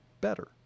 better